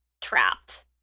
trapped